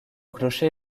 clocher